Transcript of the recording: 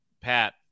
Pat